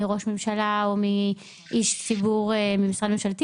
מראש ממשלה או מאיש ציבור ממשרד ממשלתי